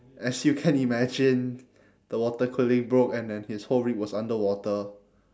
as you can imagine the water cooling broke and then his whole rig was under water